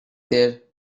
there